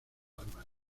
armas